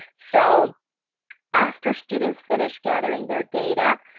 so after students finished gathering their data,